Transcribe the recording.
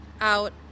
out